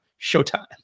showtime